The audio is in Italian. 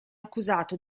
accusato